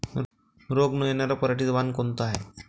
रोग न येनार पराटीचं वान कोनतं हाये?